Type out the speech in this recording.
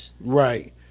Right